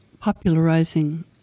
popularizing